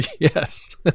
yes